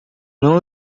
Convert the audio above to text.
não